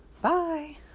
Bye